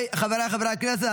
חבריי חברי הכנסת,